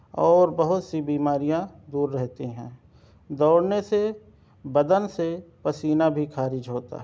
اور بہت سی بیماریاں دور رہتی ہیں دوڑنے سے بدن سے پسینہ بھی خارج ہوتا ہے